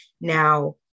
now